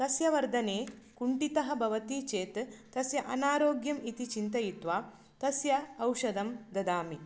तस्य वर्धने कुण्ठितः भवति चेत् तस्य अनारोग्यम् इति चिन्तयित्वा तस्य औषधं ददामि